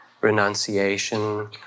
renunciation